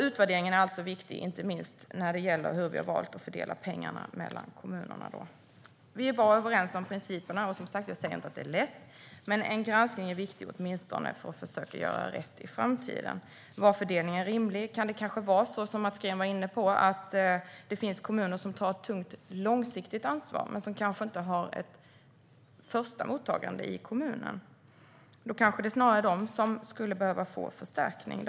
Utvärderingen är också viktig. Det gäller inte minst hur vi valt att fördela pengarna mellan kommunerna. Vi är överens om principerna. Jag säger inte att det är lätt. Men en granskning är viktig åtminstone för att försöka göra rätt i framtiden. Var fördelningen rimlig? Kan det kanske vara så, som Mats Green var inne på, att det finns kommuner som tar ett tungt långsiktigt ansvar men som kanske inte har ett första mottagande i kommunen? Då kanske det snarare är de som skulle behöva få förstärkning.